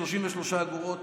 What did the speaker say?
33 אגורות